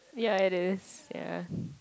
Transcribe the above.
yea it is yea